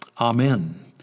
Amen